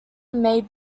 may